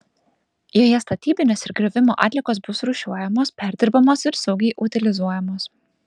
joje statybinės ir griovimo atliekos bus rūšiuojamos perdirbamos ir saugiai utilizuojamos